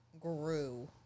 grew